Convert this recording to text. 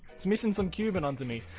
it's missing some cumin onto me.